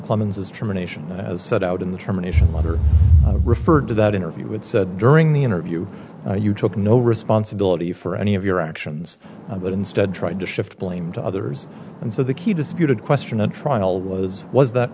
clemens is germination as set out in the terminations letter referred to that interview with said during the interview you took no responsibility for any of your actions but instead tried to shift blame to others and so the key disputed question on trial was was that